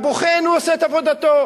הבוחן עושה את עבודתו.